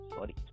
Sorry